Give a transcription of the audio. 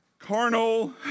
carnal